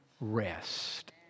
rest